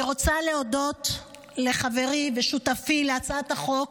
אני רוצה להודות לחברי ושותפי להצעת החוק,